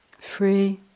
free